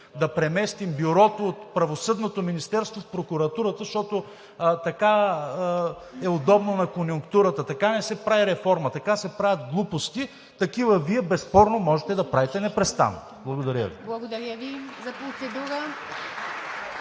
да преместим Бюрото от Правосъдното министерство в прокуратурата, защото така е удобно на конюнктурата. Така не се прави реформа! Така се правят глупости – такива Вие безспорно можете да правите непрестанно. Благодаря Ви.